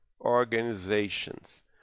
organizations